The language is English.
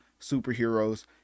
superheroes